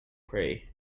prey